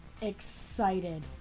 excited